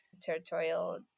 territorial